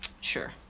Sure